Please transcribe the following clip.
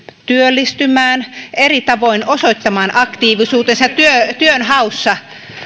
työllistymään eri tavoin osoittamaan aktiivisuutensa työnhaussa